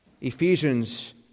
Ephesians